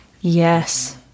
yes